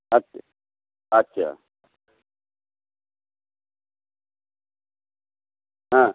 আচ্ছা আচ্ছা হ্যাঁ